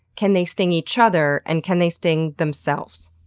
can they sting each other? and can they sting themselves?